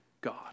God